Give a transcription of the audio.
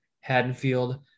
Haddonfield